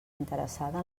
interessada